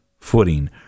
footing